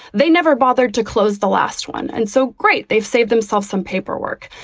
they never bothered to close the last one. and so great, they've saved themselves some paperwork.